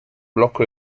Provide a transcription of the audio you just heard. blocco